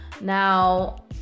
Now